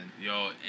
Yo